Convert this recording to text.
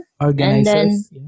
Organizers